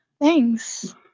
Thanks